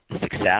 success